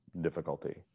difficulty